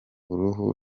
uruhu